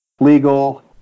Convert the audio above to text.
legal